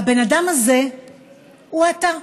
והבן אדם הזה הוא אתה.